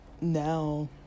now